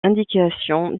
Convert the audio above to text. indications